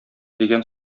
дигән